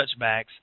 touchbacks